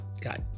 got